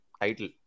title